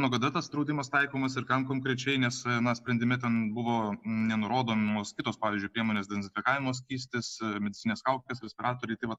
nuo kada tas draudimas taikomas ir kam konkrečiai nes na sprendime ten buvo nenurodomos kitos pavyzdžiui priemonės dezinfekavimo skystis medicininės kaukės respiratoriai tai vat